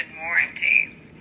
warranty